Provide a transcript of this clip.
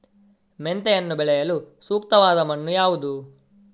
ಮೆಂತೆಯನ್ನು ಬೆಳೆಯಲು ಸೂಕ್ತವಾದ ಮಣ್ಣು ಯಾವುದು?